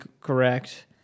correct